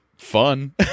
fun